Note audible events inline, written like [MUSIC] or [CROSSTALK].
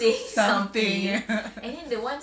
something ya [LAUGHS]